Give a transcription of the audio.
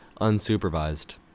unsupervised